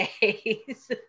days